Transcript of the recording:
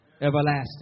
everlasting